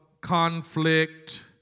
conflict